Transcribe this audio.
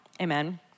Amen